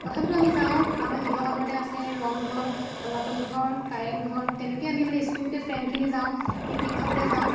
তথাপিতো আমি যাওঁ আমাৰ শিৱসাগৰতে আছে ৰংঘৰ তলাতল ঘৰ কাৰেংঘৰ তেনেকৈয়ে আমি মানে স্কুল গোটেই ফ্ৰেণ্ডখিনি যাওঁ পিকনিক খাবলৈ যাওঁ